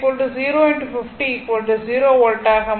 V3∞ 0 x 50 0 வோல்ட்டாக